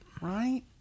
Right